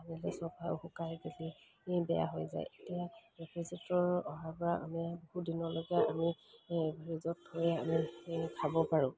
বেয়া হৈ যায় এতিয়া ৰেফ্ৰিজেৰেটৰ অহাৰ পৰা আমি বহু দিনলৈকে আমি ফ্ৰিজত থৈ আমি খাব পাৰোঁ